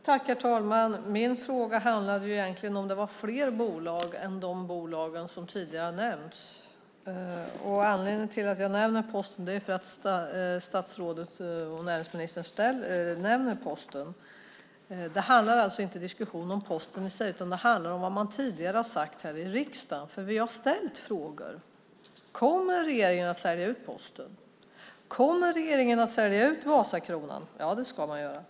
Herr talman! Min fråga handlade egentligen om det var fråga om fler bolag än de bolag som tidigare har nämnts. Anledningen till att jag nämner Posten är att näringsministern nämner Posten. Det handlar alltså inte om Posten i sig utan om vad man tidigare har sagt här i riksdagen. Vi har ställt frågor. Kommer regeringen att sälja ut Posten? Kommer regeringen att sälja ut Vasakronan? Ja, det ska man göra.